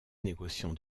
négociants